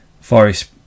Forest